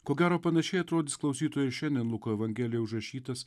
ko gero panašiai atrodys klausytojui šiandien luko evangelijoj užrašytas